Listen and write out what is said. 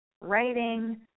writing